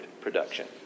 production